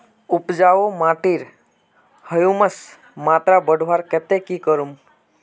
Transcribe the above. उपजाऊ माटिर ह्यूमस मात्रा बढ़वार केते की करूम?